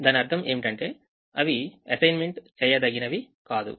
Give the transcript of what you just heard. దాని అర్థం ఏమిటంటే అవి అసైన్మెంట్ చేయదగినవి కాదు